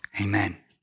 Amen